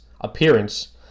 Appearance